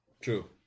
True